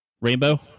Rainbow